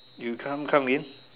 you can't come in